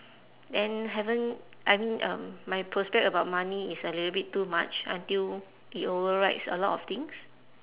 then haven't I mean um my prospect about money is a little bit too much until it overrides a lot of things